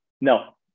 No